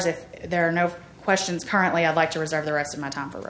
it there are no questions currently i'd like to reserve the rest of my time for